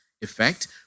effect